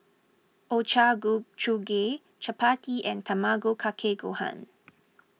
Ochazuke Chapati and Tamago Kake Gohan